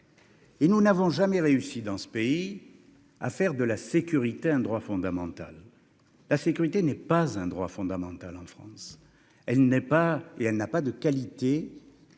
Et nous n'avons jamais réussi dans ce pays à faire de la sécurité, un droit fondamental, la sécurité n'est pas un droit fondamental en France, elle n'est pas et elle n'a pas de qualité